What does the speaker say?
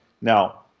Now